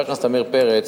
חבר הכנסת עמיר פרץ